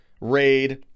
Raid